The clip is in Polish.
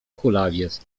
kulawiec